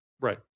Right